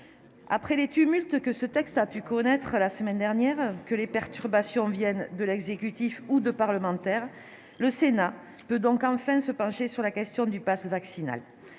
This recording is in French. après les tumultes que ce texte a pu susciter la semaine dernière- que les perturbations viennent de l'exécutif ou de parlementaires -, le Sénat peut enfin se pencher sur la question du passe vaccinal.